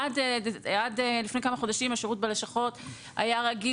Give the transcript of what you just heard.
עד לפני כמה חודשים השירות בלשכות היה רגיל